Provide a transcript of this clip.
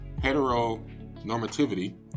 heteronormativity